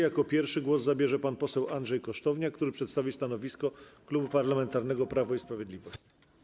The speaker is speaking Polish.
Jako pierwszy głos zabierze pan poseł Andrzej Kosztowniak, który przedstawi stanowisko Klubu Parlamentarnego Prawo i Sprawiedliwość.